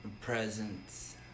Presents